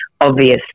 obvious